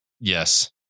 Yes